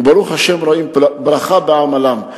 וברוך השם רואים ברכה בעמלם.